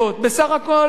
בסך הכול,